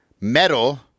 metal